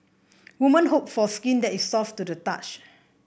women hope for skin that is soft to the touch